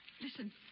Listen